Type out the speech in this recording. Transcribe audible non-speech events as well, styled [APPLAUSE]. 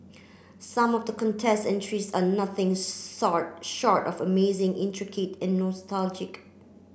some of the contest entries are nothing [UNINTELLIGIBLE] short of amazing intricate and nostalgic